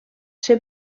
ser